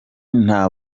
nta